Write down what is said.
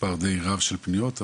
מספר די רב של פניות.